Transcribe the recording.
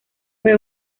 fue